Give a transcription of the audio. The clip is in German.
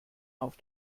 auf